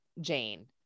Jane